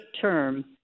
term